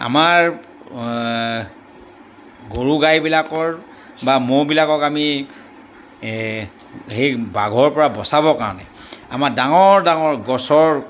আমাৰ গৰু গাইবিলাকৰ বা ম'হবিলাকক আমি সেই বাঘৰ পৰা বচাবৰ কাৰণে আমাৰ ডাঙৰ ডাঙৰ গছৰ